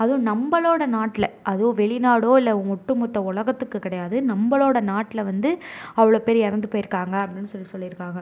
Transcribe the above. அதுவும் நம்பளோடய நாட்டில் அதுவும் வெளிநாடோ இல்லை ஒட்டுமொத்த உலகத்துக்கு கிடையாது நம்பளோடய நாட்டில் வந்து அவ்வளோ பேர் இறந்து போயிருக்காங்க அப்படின்னு சொல்லி சொல்லியிருக்காங்க